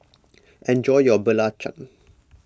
enjoy your Belacan